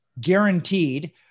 guaranteed